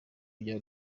bya